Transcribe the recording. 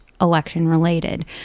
election-related